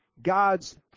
God's